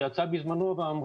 שיצא בזמנו ואמר